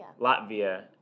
Latvia